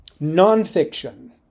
nonfiction